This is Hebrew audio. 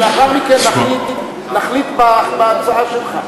ולאחר מכן נחליט בהצעה שלך.